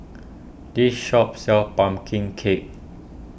this shop sells Pumpkin Cake